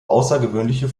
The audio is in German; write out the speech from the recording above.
außergewöhnliche